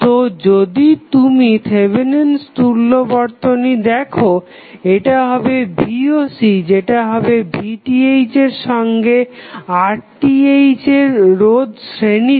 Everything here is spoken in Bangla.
তো যদি তুমি থেভেনিন'স তুল্য বর্তনী দেখো এটা হবে voc যেটা হবে VTh সঙ্গে RTh রোধ শ্রেণীতে